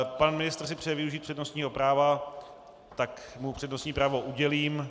Pan ministr si přeje využít přednostního práva, tak mu přednostní právo udělím.